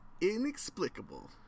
Inexplicable